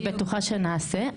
אני בטוחה שנעשה,